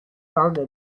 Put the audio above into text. founded